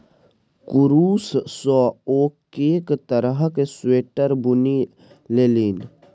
कुरूश सँ ओ कैक तरहक स्वेटर बुनि लेलनि